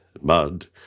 mud